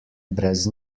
brez